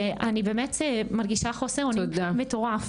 ואני באמת מרגישה חוסר אונים מטורף.